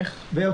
איך בוחרים?